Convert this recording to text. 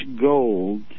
gold